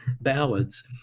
ballads